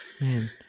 Man